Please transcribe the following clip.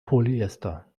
polyester